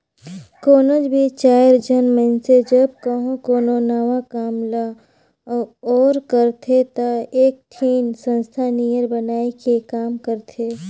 कोनोच भी चाएर झन मइनसे जब कहों कोनो नावा काम ल ओर करथे ता एकठिन संस्था नियर बनाए के काम करथें